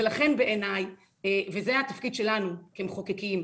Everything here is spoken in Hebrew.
לכן בעייני זה התפקיד שלנו כמחוקקים,